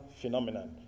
phenomenon